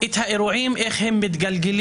את האירועים איך הם מתגלגלים